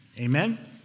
Amen